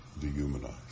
dehumanized